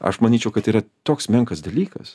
aš manyčiau kad yra toks menkas dalykas